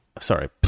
Sorry